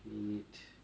minute